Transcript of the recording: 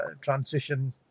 transition